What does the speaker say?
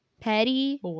petty